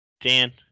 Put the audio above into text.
dan